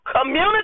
community